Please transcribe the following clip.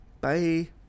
Bye